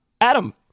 adam